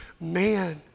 man